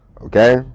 Okay